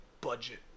budget